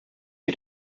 you